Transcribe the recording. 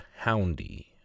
Houndy